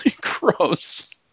Gross